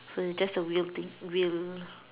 so it's just a wheel thing wheel